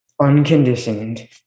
unconditioned